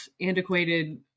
antiquated